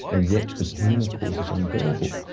and yet the pain of course is unbearable.